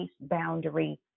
boundary